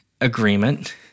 agreement